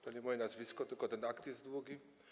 To nie moje nazwisko, tylko ten akt jest długi.